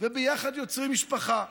ויחד יוצרים משפחה.